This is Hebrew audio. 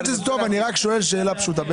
אני רק שואל שאלה פשוטה.